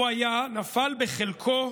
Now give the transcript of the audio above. נפל בחלקו,